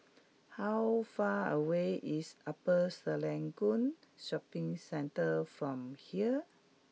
how far away is Upper Serangoon Shopping Centre from here